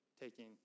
taking